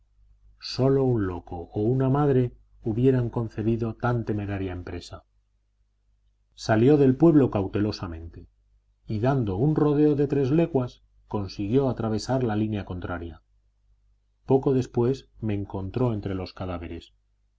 sólo un loco o una madre hubieran concebido tan temeraria empresa salió del pueblo cautelosamente y dando un rodeo de tres leguas consiguió atravesar la línea contraria poco después me encontró entre los cadáveres